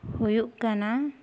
ᱦᱩᱭᱩᱜ ᱠᱟᱱᱟ